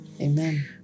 Amen